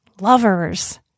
lovers